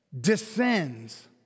descends